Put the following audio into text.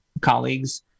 colleagues